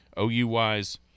OU-wise